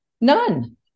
None